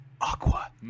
aqua